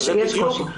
יש קושי.